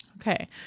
Okay